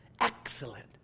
Excellent